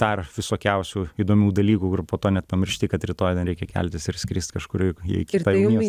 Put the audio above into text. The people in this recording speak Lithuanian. dar visokiausių įdomių dalykų ir po to net pamiršti kad rytoj ten reikia keltis ir skrist kažkur į kitą miestą